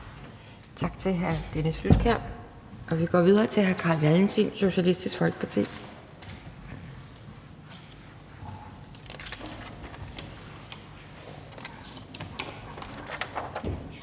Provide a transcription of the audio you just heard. også til hr. Dennis Flydtkjær, og vi går videre til hr. Carl Valentin, Socialistisk Folkeparti.